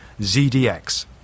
ZDX